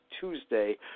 Tuesday